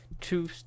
two